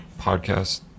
podcast